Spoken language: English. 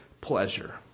pleasure